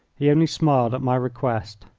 he only smiled at my request.